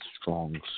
strong